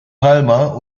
palmer